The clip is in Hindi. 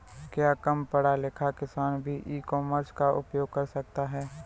क्या कम पढ़ा लिखा किसान भी ई कॉमर्स का उपयोग कर सकता है?